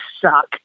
suck